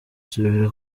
nsubira